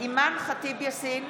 בהצבעה אימאן ח'טיב יאסין,